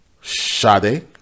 shade